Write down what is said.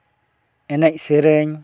ᱮᱱᱮᱡ ᱥᱮᱨᱮᱧ